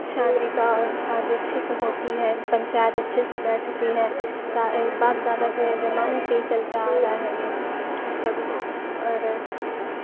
شادی کا اور شادی اچھے سے ہوتی ہے پنچایت اچھے سے بیٹھتی ہے باپ دادا کے جمانے سے ہی چلتا آ رہا ہے یہ سب اور